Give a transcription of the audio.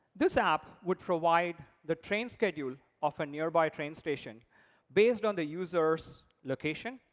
this app would provide the train schedule of a nearby train station based on the user's location,